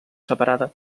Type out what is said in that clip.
separada